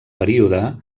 període